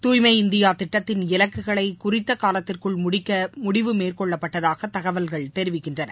தூய்மை இந்தியா திட்டத்தின் இலக்குகளை குறித்த காலத்திற்குள் முடிக்க முடிவு மேற்கொள்ளப்பட்டதாக தகவல்கள் தெரிவிக்கின்றன